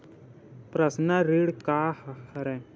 Personal ऋण का हरय?